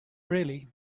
really